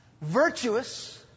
virtuous